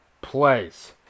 place